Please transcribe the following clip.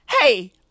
hey